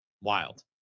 wild